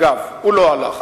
אגב, הוא לא הלך.